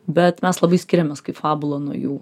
bet mes labai skiriamės kaip fabula nuo jų